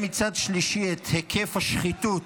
מצד שלישי, את היקף השחיתות,